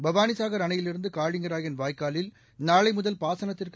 பவானிசாஹர் அணையிலிருந்து காளிங்கராயன் வாய்க்காலில் நாளை முதல் பாசனத்துக்கு